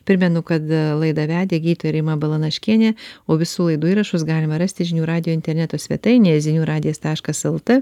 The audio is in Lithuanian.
primenu kad laidą vedė gydytoja rima balanaškienė o visų laidų įrašus galima rasti žinių radijo interneto svetainėje zinių radijas taškas lt